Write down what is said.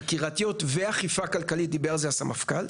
חקירתיות ואכיפה כלכלית, שעליה דיבר הסמפכ״ל.